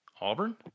Auburn